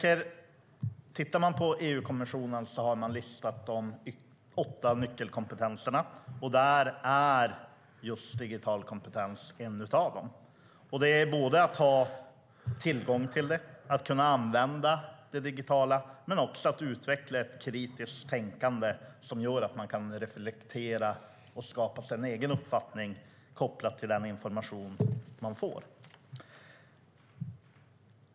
EU-kommissionen har listat de åtta nyckelkompetenserna, och just digital kompetens är en av dem. Det handlar såväl om att ha tillgång till det, att kunna använda det digitala som att utveckla ett kritiskt tänkande som gör att man kan reflektera och skapa sig en egen uppfattning kopplat till den information man får.